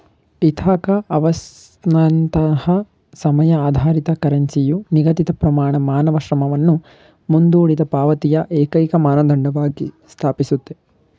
Ithaca ಅವರ್ಸ್ನಂತಹ ಸಮಯ ಆಧಾರಿತ ಕರೆನ್ಸಿಯು ನಿಗದಿತಪ್ರಮಾಣ ಮಾನವ ಶ್ರಮವನ್ನು ಮುಂದೂಡಿದಪಾವತಿಯ ಏಕೈಕಮಾನದಂಡವಾಗಿ ಸ್ಥಾಪಿಸುತ್ತೆ